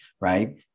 right